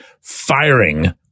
firing